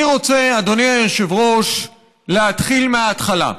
אני רוצה, אדוני היושב-ראש, להתחיל מההתחלה.